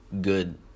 good